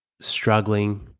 struggling